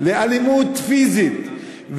לאלימות פיזית,